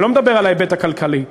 אני לא מדבר על ההיבט הכלכלי.